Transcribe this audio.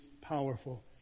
powerful